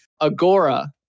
Agora